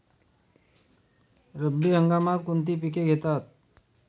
रब्बी हंगामात कोणती पिके घेतात?